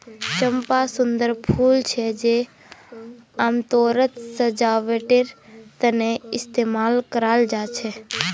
चंपा सुंदर फूल छे जे आमतौरत सजावटेर तने इस्तेमाल कराल जा छे